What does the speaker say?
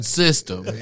system